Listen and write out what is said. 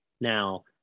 Now